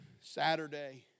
Saturday